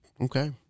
Okay